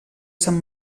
sant